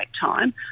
time